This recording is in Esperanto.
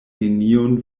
neniun